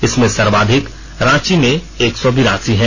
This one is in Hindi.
इसमें सर्वाधिक रांची में एक सौ बिरासी हैं